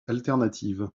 alternatives